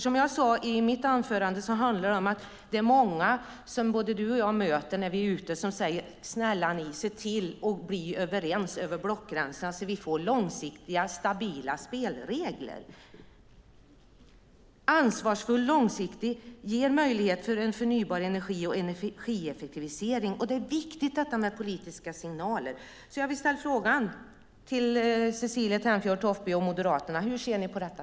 Som jag sade i mitt anförande handlar det om att det är många som både du och jag möter när vi är ute som säger: Snälla ni - se till att bli överens över blockgränserna så att vi får långsiktiga, stabila spelregler! En ansvarsfull och långsiktig politik ger möjlighet till förnybar energi och till energieffektivisering. Det är viktigt att vi ger politiska signaler. Jag vill ställa frågan till Cecilie Tenfjord-Toftby och Moderaterna: Hur ser ni på detta?